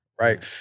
right